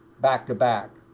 back-to-back